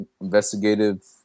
investigative